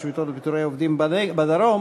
השביתות ופיטורי עובדים בדרום,